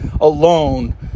alone